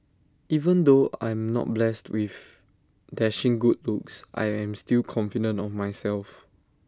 even though I'm not blessed with dashing good looks I am still confident of myself